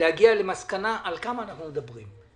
להגיע למסקנה על כמה אנחנו מדברים.